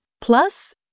Plus